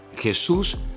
Jesús